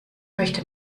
möchte